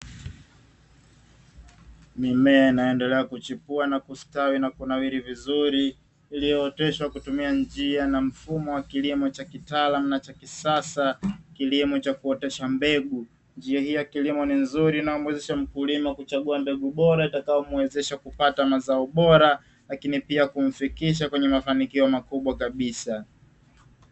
Mimea inayoendelea kuchipua na kustawi na kunawiri vizuri iliyooteshwa kwa kutumia njia na mfumo wa kilimo cha kitaalamu na cha kisasa; kilimo cha kuotesha mbegu, njia hii ya kilimo ni nzuri inayomuwezesha mkulima kuchagua mbegu bora itakayomuwezesha kupata mazao bora lakini pia kumfikisha kwenye mafanikio makubwa kabisa.